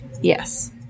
yes